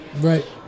Right